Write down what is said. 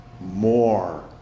more